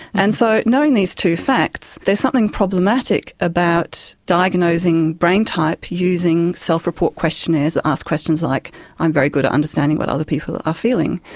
and so knowing these two facts, there's something problematic about diagnosing brain type using self-report questionnaires which ask questions like i'm very good at understanding what other people are feeling.